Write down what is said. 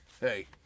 Hey